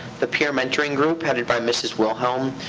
the peer mentoring group, headed by mrs. wilhelm,